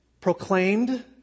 proclaimed